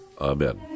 Amen